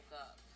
up